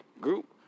group